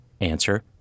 answer